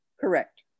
Correct